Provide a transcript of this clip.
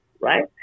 right